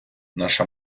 наша